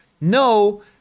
no